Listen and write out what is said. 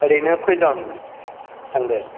ओरैनो खयजोन थांगोन